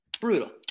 Brutal